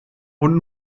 und